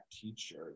teacher